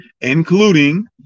including